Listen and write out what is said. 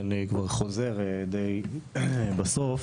אני כבר חוזר די בסוף,